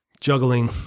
juggling